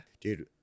Dude